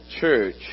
church